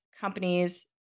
companies